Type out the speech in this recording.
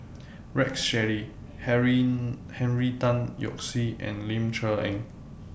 Rex Shelley Henry Henry Tan Yoke See and Ling Cher Eng